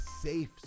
safe